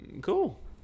Cool